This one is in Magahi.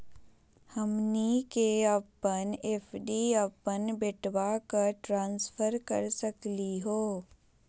हमनी के अपन एफ.डी अपन बेटवा क ट्रांसफर कर सकली हो?